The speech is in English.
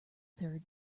third